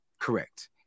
Correct